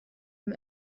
him